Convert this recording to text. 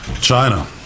China